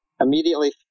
immediately